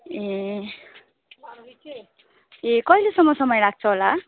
ए ए कहिलेसम्म समय लाग्छ होला